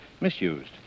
misused